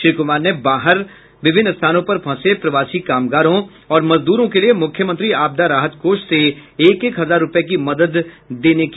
श्री कुमार ने बाहर विभिन्न स्थानों पर फंसे प्रवासी कामगारों और मजदूरों के लिये मुख्यमंत्री आपदा राहत कोष से एक एक हजार रूपये की मदद दी जायेगी